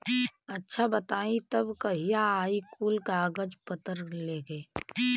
अच्छा बताई तब कहिया आई कुल कागज पतर लेके?